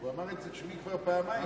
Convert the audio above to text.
הוא אמר את שמי כבר פעמיים.